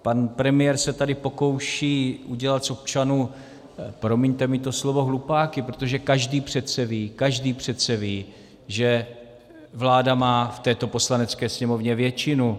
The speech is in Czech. Pan premiér se tady pokouší udělat z občanů, promiňte mi to slovo, hlupáky, protože každý přece ví, každý přece ví, že vláda má v této Poslanecké sněmovně většinu.